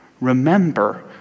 remember